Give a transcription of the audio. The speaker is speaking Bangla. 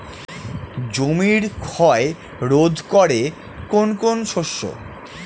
জমির ক্ষয় রোধ করে কোন কোন শস্য?